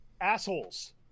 Assholes